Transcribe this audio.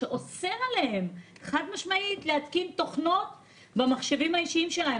שאוסר עליהם חד משמעית להתקין תוכנות במחשבים האישיים שלהם.